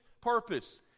purpose